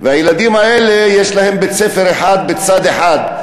והילדים האלה יש להם בית-ספר אחד בצד אחד,